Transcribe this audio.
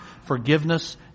forgiveness